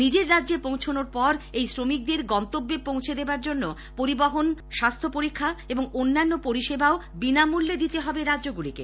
নিজের রাজ্যে পৌঁছনোর পর এই শ্রমিকদের গন্তব্যে পৌঁছে দেবার জন্য পরিবহণ স্বাস্হ্য পরীক্ষা এবং অন্যান্য পরিষেবাও বিনামূল্যে দিতে হবে রাজ্যগুলিকে